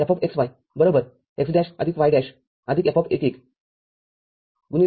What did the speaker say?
Fxy x' y' F१ १